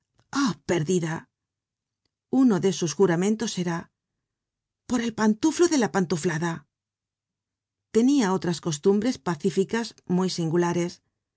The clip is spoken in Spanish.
perdida uno de sus juramentos era por el pantuflo de la pantuflada tenia otras costumbres pacificas muy singulares